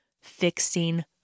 fixing